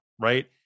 right